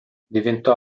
diventò